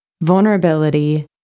vulnerability